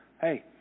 hey